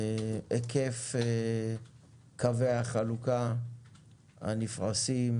היקף קווי החלוקה הנפרסים